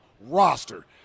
roster